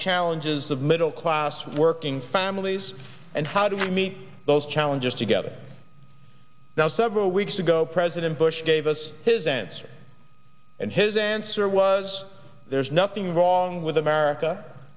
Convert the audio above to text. challenges of middle class working families and how do we meet those challenges together now several weeks ago president bush gave us his answer and his answer was there's nothing wrong with america